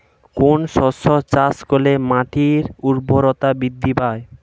কোন শস্য চাষ করলে মাটির উর্বরতা বৃদ্ধি পায়?